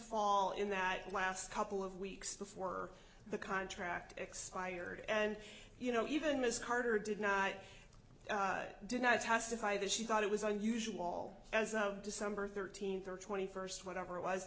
fall in that last couple of weeks before the contract expired and you know even ms carter did not deny testify that she thought it was unusual all as of december thirteenth or twenty first whatever it was